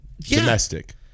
Domestic